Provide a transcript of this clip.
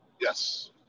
Yes